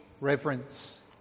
reverence